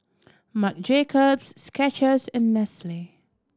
Marc Jacobs Skechers and Nestle